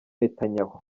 netanyahu